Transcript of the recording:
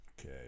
Okay